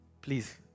Please